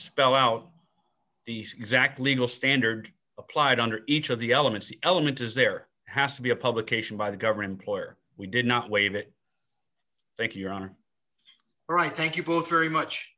spell out these exact legal standard applied under each of the elements the elements is there has to be a publication by the government employee or we did not waive it thank you your honor right thank you both very much